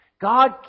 God